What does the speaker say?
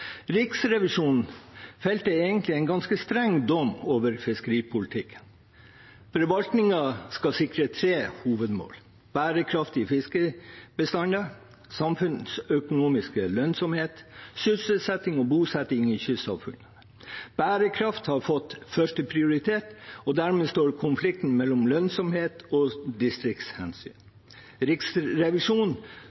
Riksrevisjonen felte egentlig en ganske streng dom over fiskeripolitikken. Forvaltningen skal sikre tre hovedmål: bærekraftige fiskebestander, samfunnsøkonomisk lønnsomhet og sysselsetting og bosetting i kystsamfunn. Bærekraft har fått førsteprioritet, og dermed står konflikten mellom lønnsomhet og distriktshensyn.